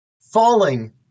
Falling